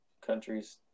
countries